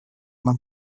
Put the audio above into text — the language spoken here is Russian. нам